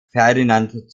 ferdinand